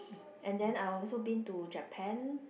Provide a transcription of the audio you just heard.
and then I also been to Japan